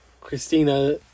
Christina